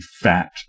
fat